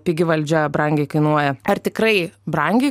pigi valdžia brangiai kainuoja ar tikrai brangiai